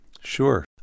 Sure